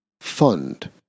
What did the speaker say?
fund